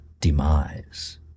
demise